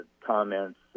comments